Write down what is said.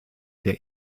der